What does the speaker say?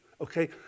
okay